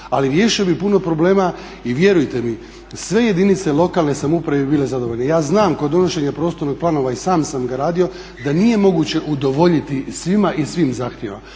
ali riješio bi puno problema i vjerujte mi sve jedinice lokalne samouprave bi bile zadovoljne. Ja znam kod donošenja prostornih planova, i sam sam ga radio da nije moguće udovoljiti svima i svim zahtjevima.